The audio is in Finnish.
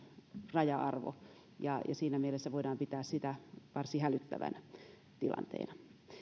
raja arvo ja ja siinä mielessä voidaan pitää sitä varsin hälyttävänä tilanteena